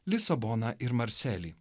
lisaboną ir marselį